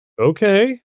Okay